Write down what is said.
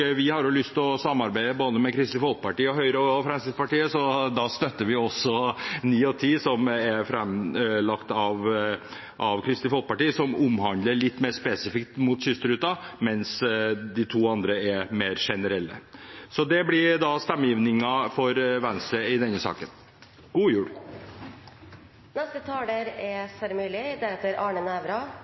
Vi har lyst til å samarbeide med både Kristelig Folkeparti, Høyre og Fremskrittspartiet, så da støtter vi også forslagene nr. 9 og 10, som er lagt fram av Kristelig Folkeparti, og som omhandler litt mer spesifikt kystruta, mens de to andre er mer generelle. Det blir stemmegivningen til Venstre i denne saken. God jul! Representanten Sverre Myrli